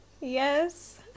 Yes